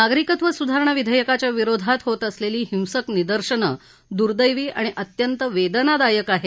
नागरिकत्व सुधारणा विधाक्रिच्या विरोधात होत असलक्षी हिंसक निदर्शनं दुर्देवी आणि अत्यंत वर्ष्ट्रादायक आही